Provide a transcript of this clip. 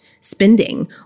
spending